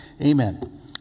Amen